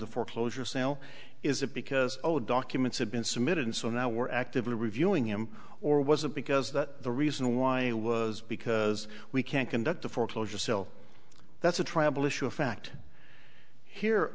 the foreclosure sale is it because documents have been submitted and so now we're actively reviewing him or was it because that the reason why he was because we can't conduct the foreclosure sale that's a travel issue a fact here